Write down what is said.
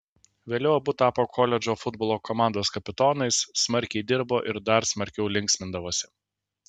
vėliau abu tapo koledžo futbolo komandos kapitonais smarkiai dirbo ir dar smarkiau linksmindavosi